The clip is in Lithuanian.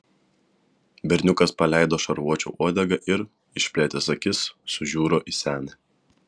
berniukas paleido šarvuočio uodegą ir išplėtęs akis sužiuro į senį